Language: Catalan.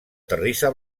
terrissa